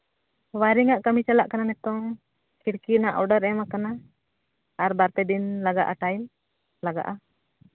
wiring ᱨᱮᱭᱟᱜ ᱠᱟᱹᱢᱤ ᱪᱟᱞᱟᱜ ᱠᱟᱱᱟ ᱱᱤᱛᱚᱝ ᱠᱷᱤᱲᱠᱤ ᱨᱮᱱᱟᱜ ᱚᱰᱟᱨ ᱮᱢ ᱠᱟᱱᱟ ᱟᱨ ᱵᱟᱨ ᱫᱤᱱ ᱞᱟᱜᱟᱜᱼᱟ ᱴᱟᱭᱤᱢ ᱞᱟᱜᱟᱜᱼᱟ